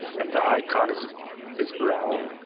and the icon is is brown.